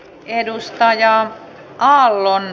edustaja aallon